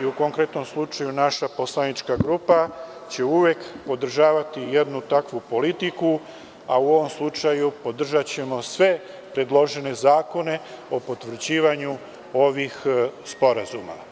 i u konkretnom slučaju naša poslanička grupa će uvek podržavati jednu takvu politiku, a u ovom slučaju podržaćemo sve predložene zakone o potvrđivanju ovih sporazuma.